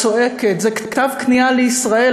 צועקת: זה כתב כניעה לישראל,